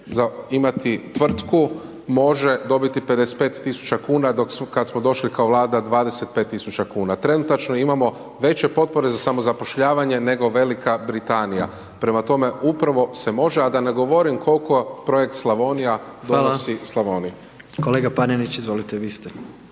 imati tvrtku može dobiti 55 tisuća kuna dok smo, kad smo došli kao Vlada 25 tisuća kuna. Trenutačno imamo veće potpore za samozapošljavanje nego Velika Britanija. Prema tome, upravo se može a da ne govorim koliko projekt Slavonija donosi Slavoniji. **Jandroković, Gordan (HDZ)** Hvala. Kolega Panenić, izvolite vi ste.